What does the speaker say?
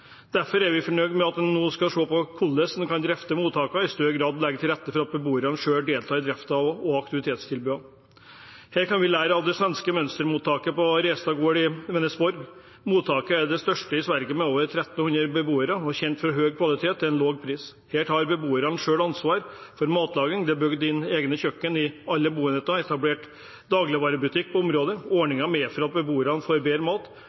Derfor er vi fornøyd med at man nå skal se på hvordan man kan drifte mottakene og i større grad legge til rette for at beboerne selv deltar i driften og aktivitetstilbudene. Her kan vi lære av det svenske mønstermottaket på Restad gård i Vänersborg. Mottaket er det største i Sverige med over 1 300 beboere og er kjent for høy kvalitet til lav pris. Her tar beboerne selv ansvar for matlaging. Det er bygd inn egne kjøkken i alle boenheter og etablert dagligvarebutikk på området. Ordningen medfører at beboerne får bedre